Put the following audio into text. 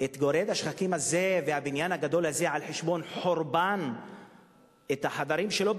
את גורד השחקים הזה והבניין הגדול הזה על חשבון חורבן החדרים שלו,